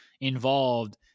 involved